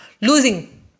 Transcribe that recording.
losing